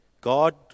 God